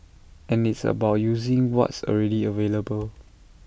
and it's about using what's already available